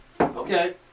Okay